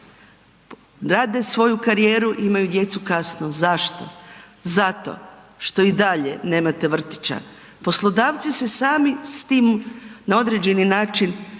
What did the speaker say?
Grade svoju karijeru i imaju djecu kasno. Zašto? Zato što i dalje nemate vrtića. Poslodavci se sami s tim na određeni način